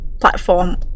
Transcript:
platform